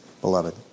beloved